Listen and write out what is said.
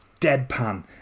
Deadpan